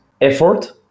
effort